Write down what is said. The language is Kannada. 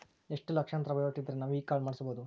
ಎಷ್ಟು ಲಕ್ಷಾಂತರ ವಹಿವಾಟು ಇದ್ದರೆ ನಾವು ಈ ಕಾರ್ಡ್ ಮಾಡಿಸಬಹುದು?